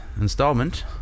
installment